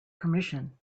permission